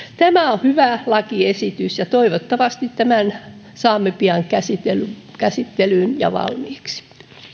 tämä on hyvä lakiesitys ja toivottavasti tämän saamme pian käsittelyyn ja valmiiksi